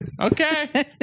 Okay